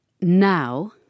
now